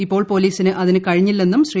ഇപ്പോൾ പൊലീസിന് അതിന് കഴിഞ്ഞില്ലെന്നും ശ്രീ